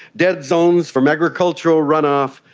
dead zones from agricultural run-off,